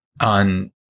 on